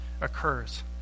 occurs